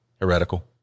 Heretical